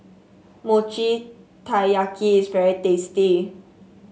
Mochi Taiyaki is very tasty